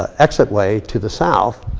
ah exitway to the south.